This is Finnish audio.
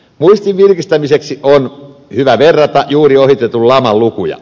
muistin virkistämiseksi on hyvä verrata juuri ohitetun laman lukuja